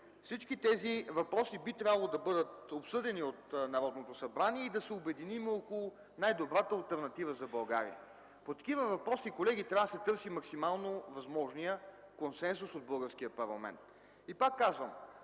Всички тези въпроси би трябвало да бъдат обсъдени от Народното събрание и да се обединим около най-добрата алтернатива за България. Колеги, по такива въпроси трябва да се търси максимално възможният консенсус от българския парламент. Пак казвам,